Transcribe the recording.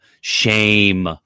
Shame